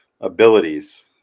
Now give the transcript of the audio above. abilities